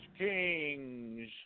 kings